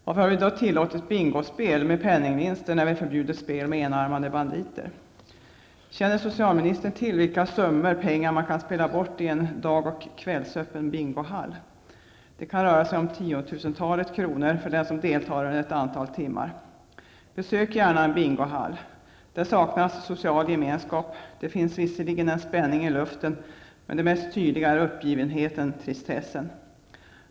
Varför har vi då tillåtit bingospel med penningvinster, när vi har förbjudit spel med enarmade banditer? Känner socialministern till vilka summor pengar man kan spela bort i en dagoch kvällsöppen bingohall? Det kan röra sig om tiotusentalet kronor. för den som deltar under ett antal timmar. Besök gärna en bingohall! Där saknas social gemenskap. Det finns visserligen en spänning i luften, men det mest tydliga är uppgivenheten, tristessen.